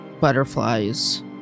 butterflies